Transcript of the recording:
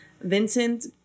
Vincent